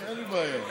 אין לי בעיה.